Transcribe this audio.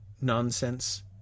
nonsense